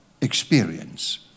experience